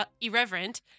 irreverent